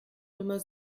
nummer